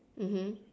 mmhmm